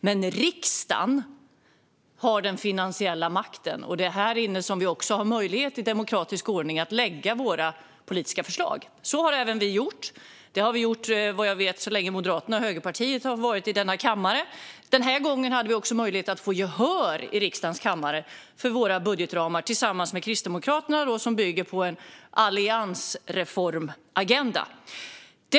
Men riksdagen har den finansiella makten, och det är här vi i demokratisk ordning har möjlighet att lägga fram våra politiska förslag. Så har vi också gjort. Vad jag vet har Moderaterna och Högerpartiet gjort det så länge de har funnits i denna kammare. Denna gång hade vi och Kristdemokraterna dessutom möjlighet att få gehör för våra budgetramar. Det hela bygger på en alliansreformagenda.